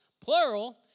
plural